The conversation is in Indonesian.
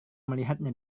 melihatnya